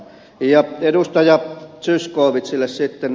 ja edustaja zyskowiczille sitten